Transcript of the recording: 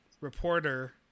reporter